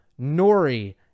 Nori